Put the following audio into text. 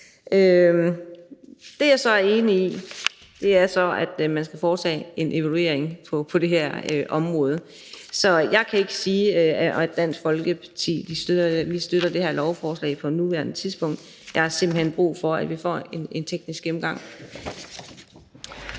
som jeg så er enig i, er, at man skal foretage en evaluering af det her område. Så jeg kan ikke sige, at vi i Dansk Folkeparti støtter det her lovforslag på nuværende tidspunkt. Jeg har simpelt hen brug for, at vi får en teknisk gennemgang